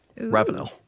Ravenel